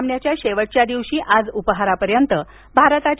सामन्याच्या शेवटच्या दिवशी आज उपहारापर्यंत भारताच्या